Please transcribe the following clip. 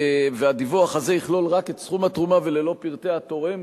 והדיווח הזה יכלול רק את סכום התרומה וללא פרטי התורם,